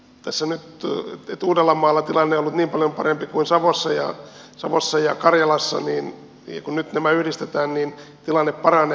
ministeri totesi että uudellamaalla tilanne on ollut niin paljon parempi kuin savossa ja karjalassa ja kun nyt nämä yhdistetään niin tilanne paranee